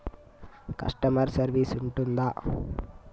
Customer service ఉంటుందా?